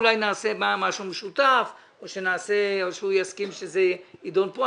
אולי נעשה משהו משותף או שהוא יסכים שזה ידון פה.